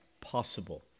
possible